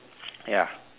ya